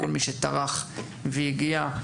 לכל מי שטרח והגיע.